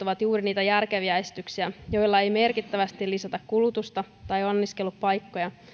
ovat juuri niitä järkeviä esityksiä joilla ei merkittävästi lisätä kulutusta tai anniskelupaikkoja